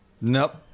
Nope